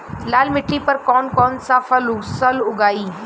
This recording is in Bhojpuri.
लाल मिट्टी पर कौन कौनसा फसल उगाई?